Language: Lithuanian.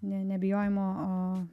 ne nebijojimo